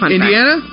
Indiana